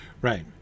right